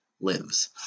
lives